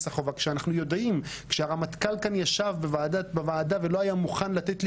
החובה כשהרמטכ"ל כאן ישב בוועדה ולא היה מוכן לתת לי